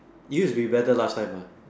it used to be better last time ah